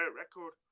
record